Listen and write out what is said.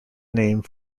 name